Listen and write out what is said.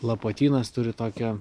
lapuotynas turi tokią